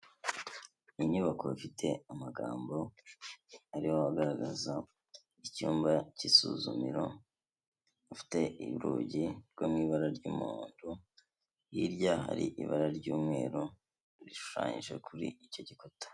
Inyubako ifite amagambo ariho agaragaza icyumba k'isuzumiro, ifite urugi rwo mu ibara ry'umuhondo, hirya hari ibara ry'umweru rishushanyije kuri icyo gikuta.